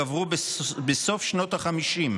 "גברו בסוף שנות החמישים,